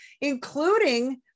including